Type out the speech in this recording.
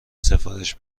سفارش